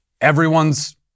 Everyone's